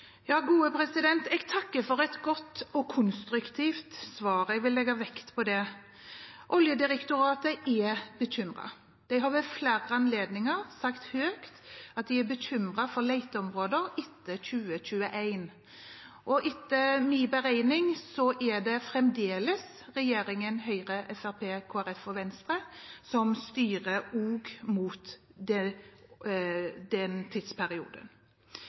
Jeg takker for et godt og konstruktivt svar – jeg vil legge vekt på det. Oljedirektoratet er bekymret. De har ved flere anledninger sagt høyt at de er bekymret for leteområder etter 2021. Etter min beregning er det fremdeles